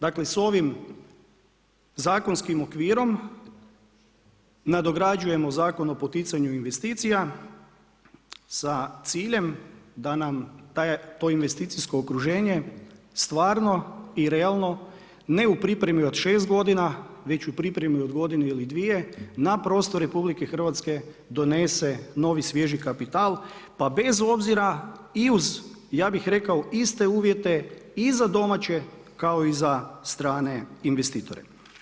Dakle s ovim zakonskim okvirom nadograđujemo Zakon o poticanju investicija sa ciljem da nam to investicijsko okruženje stvarno i realno ne u pripremi od šest godina već u pripremi od godinu ili dvije, na prostor RH donese novi svježi kapital pa bez obzira i uz, ja bih rekao, iste uvjete i za domaće kao i za strane investitore.